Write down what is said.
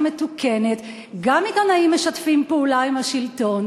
מתוקנת גם עיתונאים משתפים פעולה עם השלטון,